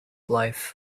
life